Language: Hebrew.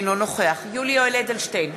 אינו נוכח יולי יואל אדלשטיין,